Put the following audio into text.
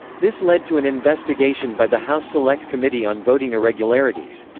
this led to an investigation by the house select committee on voting irregularities.